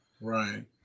Right